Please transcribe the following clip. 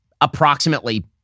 approximately